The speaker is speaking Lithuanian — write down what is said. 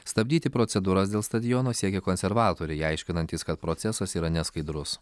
stabdyti procedūras dėl stadiono siekia konservatoriai aiškinantys kad procesas yra neskaidrus